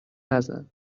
نزن